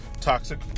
toxic